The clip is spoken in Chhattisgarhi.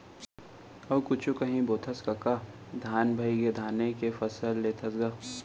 अउ कुछु कांही बोथस कका धन भइगे धाने के फसल लेथस गा?